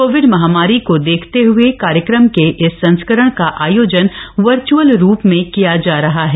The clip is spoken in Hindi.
कोविड महामारी को देखते हुए कार्यक्रम के इस संस्करण का आयोजन वर्च्अल रूप में किया जा रहा है